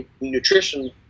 nutrition